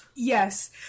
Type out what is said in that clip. Yes